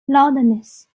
loudness